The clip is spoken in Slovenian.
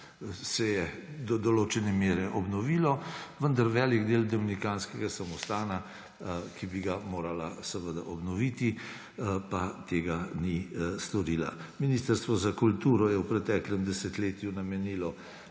do določene mere obnovilo, vendar velik del dominikanskega samostana, ki bi ga morala seveda obnoviti – pa tega ni storila. Ministrstvo za kulturo je v preteklem desetletju namenilo